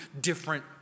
different